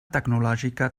tecnològica